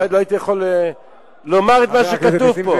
אחרת לא הייתי יכול לומר את מה שכתוב פה.